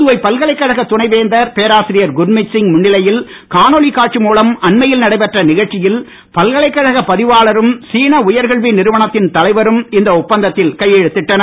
புதுவை பல்கலைக்கழக துணை வேந்தர் பேராசிரியர் குர்மித் சிங் முன்னிலையில் காணொலி காட்சி மூலம் அண்மையில் நடைபெற்ற நிகழ்ச்சியில் பல்கலைக்கழக பதிவாளரும் சீன உயர்கல்வி நிறுவனத்தின் தலைவரும் இந்த ஒப்பந்தத்தில் கையெழுத்திட்டனர்